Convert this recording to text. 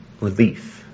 relief